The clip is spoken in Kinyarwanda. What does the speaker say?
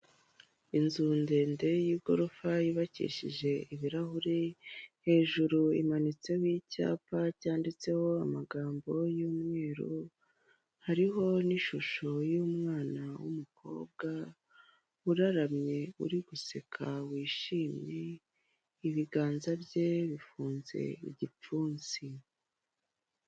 Inzu ndende y'igorofa yubakishije ibirahure, hejuru imanitseho icyapa cyanditseho amagambo y'umweru. Hariho n'ishusho y'umwana w'umukobwa uraramye uri guseka wishimye, ibiganza bye bifunze igipfunsi.